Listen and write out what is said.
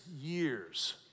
years